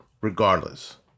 regardless